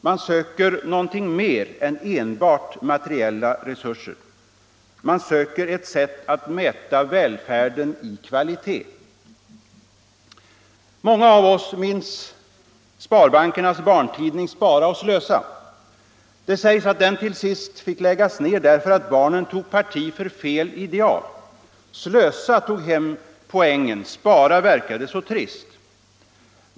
Man söker något mer än enbart materiella resurser. Man söker ett sätt att mäta välfärden i kvalitet. Många av oss minns sparbankernas barntidning ”Spara och Slösa”. Det sägs att den till sist fick läggas ned därför att barnen tog parti för fel ideal. ”Slösa” tog hem poängen, ”Spara” verkade så trist.